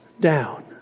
down